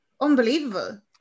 unbelievable